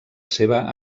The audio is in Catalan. seva